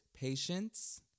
patience